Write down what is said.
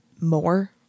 more